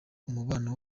umubano